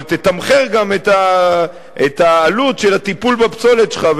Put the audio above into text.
אבל תתמחר גם את העלות של הטיפול בפסולת שלך,